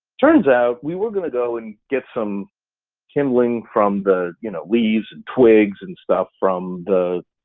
turns out, we were going to go and get some kindling from the you know leaves, and twigs, and stuff, from the